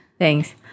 Thanks